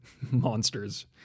monsters